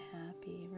happy